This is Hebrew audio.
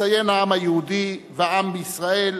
מציין העם היהודי והעם בישראל